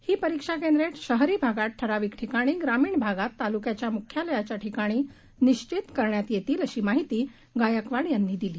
ही परीक्षा केंद्रे शहरी भागात ठराविक ठिकाणी आणि ग्रामीण भागात तालुक्याच्या मुख्यालयाच्या ठिकाणी निश्वित करण्यात येतील अशी माहिती श्रीमती गायकवाड यांनी दिली